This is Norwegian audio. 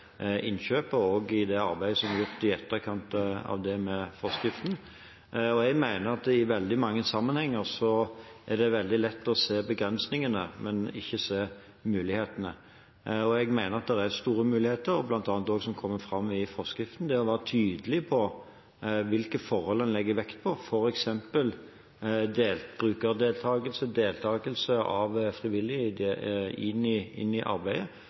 innkjøp og i det arbeidet med forskriften som er gjort i etterkant. Jeg mener at i veldig mange sammenhenger er det veldig lett å se begrensningene, men ikke mulighetene. Jeg mener at det er store muligheter, som bl.a. også kommer fram i forskriften. Ved å være tydelig på hvilke forhold en legger vekt på, f.eks. bruk av deltakelse av frivillige i arbeidet, kan en nettopp framheve de